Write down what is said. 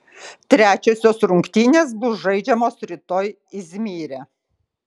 trečiosios rungtynės bus žaidžiamos rytoj izmyre